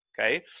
okay